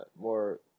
More